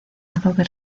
adobe